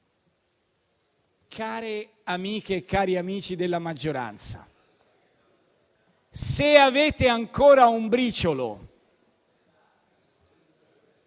care amiche e cari amici della maggioranza: se avete ancora un briciolo...